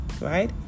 right